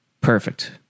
Perfect